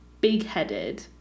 big-headed